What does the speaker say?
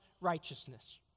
righteousness